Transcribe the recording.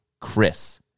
Chris